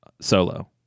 Solo